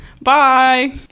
Bye